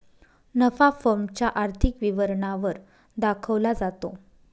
नफा फर्म च्या आर्थिक विवरणा वर दाखवला जातो